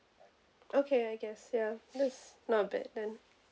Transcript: okay I guess ya that's not bad then